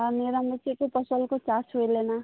ᱟᱨ ᱱᱤᱭᱟᱹ ᱫᱚᱢ ᱫᱚ ᱪᱮᱫ ᱠᱚ ᱯᱷᱚᱥᱚᱞ ᱠᱚ ᱪᱟᱥ ᱦᱩᱭ ᱞᱮᱱᱟ